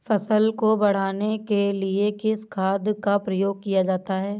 फसल को बढ़ाने के लिए किस खाद का प्रयोग किया जाता है?